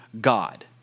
God